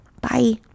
Bye